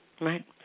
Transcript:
Right